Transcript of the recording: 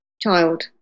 child